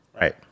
Right